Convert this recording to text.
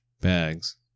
bags